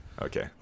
Okay